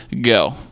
go